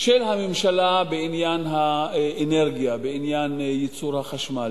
של הממשלה בעניין האנרגיה, בעניין ייצור החשמל.